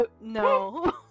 No